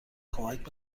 کمک